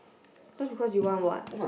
just because you want what